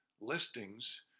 listings